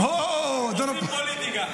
עושים פוליטיקה.